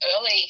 early